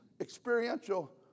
experiential